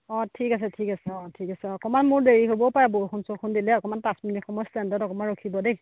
অ' ঠিক আছে ঠিক আছে অ' ঠিক আছে অকণমান মোৰ দেৰি হ'ব পাৰে বৰষুণ চৰষুণ দিলে অকণমান পাঁচ মিনিট সময় ষ্টেণ্ডত অকণমান ৰখিব দেই